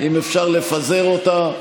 אם אפשר לפזר אותה.